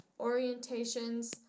orientations